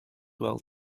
well